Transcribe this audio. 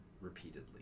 repeatedly